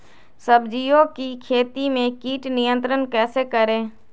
सब्जियों की खेती में कीट नियंत्रण कैसे करें?